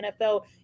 NFL